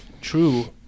true